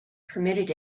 permitted